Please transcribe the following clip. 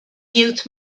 youth